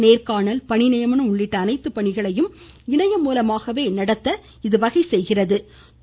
நேர்காணல் பணி நியமனம் உள்ளிட்ட அனைத்து பணிகளும் இணையம் மூலமாகவே நடைபெற உள்ளது